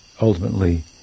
ultimately